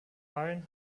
iron